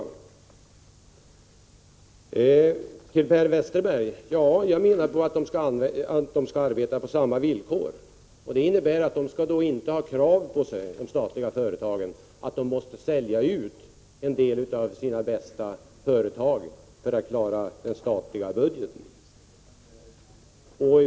Sedan till Per Westerberg. Ja, jag menar att de statliga företagen skall arbeta på samma villkor som de privata företagen. Det innebär att de statliga företagen inte skall ha kravet på sig att sälja ut en del av sina bästa företag för att klara den statliga budgeten.